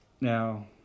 Now